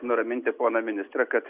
nuraminti poną ministrą kad